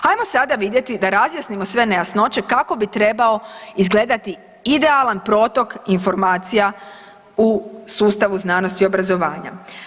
Ajmo sada vidjeti da razjasnimo sve nejasnoće kako bi trebao izgledati idealan protok informacija u sustavu znanosti i obrazovanja.